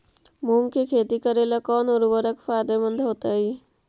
मुंग के खेती करेला कौन उर्वरक फायदेमंद होतइ?